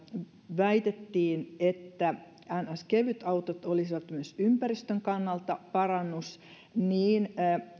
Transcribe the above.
väitettiin että niin sanottu kevytautot olisivat myös ympäristön kannalta parannus niin